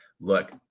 Look